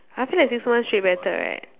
I feel that six months straight better right